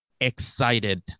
excited